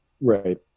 Right